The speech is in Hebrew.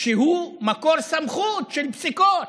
שהוא מקור סמכות של פסיקות.